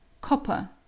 Copper